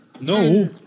No